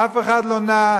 אף אחד לא נע,